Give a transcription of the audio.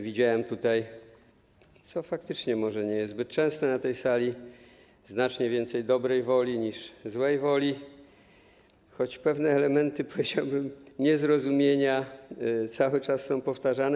Widziałem tutaj, co faktycznie może nie jest zbyt częste na tej sali, znacznie więcej dobrej woli niż złej woli, choć pewne elementy, powiedziałbym, niezrozumienia cały czas są powtarzane.